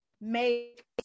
make